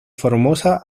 formosa